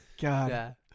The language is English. god